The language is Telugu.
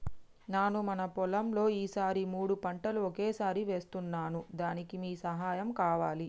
నాను మన పొలంలో ఈ సారి మూడు పంటలు ఒకేసారి వేస్తున్నాను దానికి మీ సహాయం కావాలి